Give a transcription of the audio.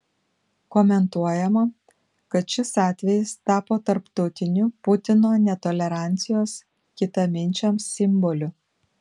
komentuojama kad šis atvejis tapo tarptautiniu putino netolerancijos kitaminčiams simboliu